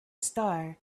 star